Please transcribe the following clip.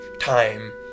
time